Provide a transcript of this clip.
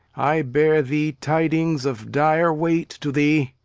i bear thee tidings of dire weight to thee,